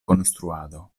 konstruado